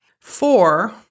Four